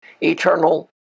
eternal